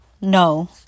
no